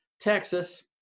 Texas